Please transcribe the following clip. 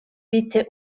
bitte